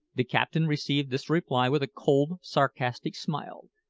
the captain received this reply with a cold, sarcastic smile,